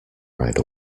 ride